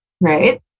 Right